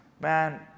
Man